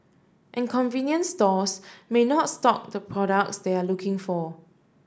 and convenience stores may not stock the products they are looking for